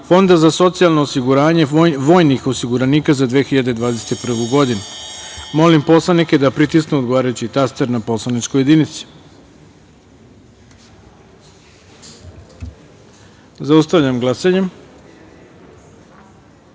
Fonda za socijalno osiguranje vojnih osiguranika za 2021. godinu. Molim poslanike da pritisnu odgovarajući taster na poslaničkoj jedinici. Zaustavljam glasanje: